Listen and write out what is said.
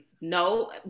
no